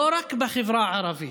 לא רק בחברה הערבית,